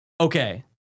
okay